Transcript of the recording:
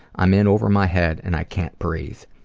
i'm in over my head and i can't breathe.